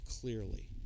clearly